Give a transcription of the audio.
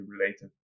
related